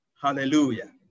Hallelujah